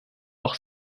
auch